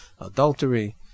adultery